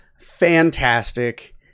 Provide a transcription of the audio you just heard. fantastic